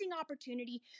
opportunity